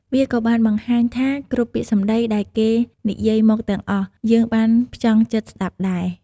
វាក៏បានបង្ហាញថាគ្រប់ពាក្យសម្ដីដែលគេនិយាយមកទាំងអស់ យើងបានផ្ចង់ចិត្តស្ដាប់ដែរ។